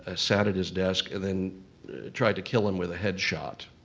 ah sat at his desk, and then tried to kill him with a headshot.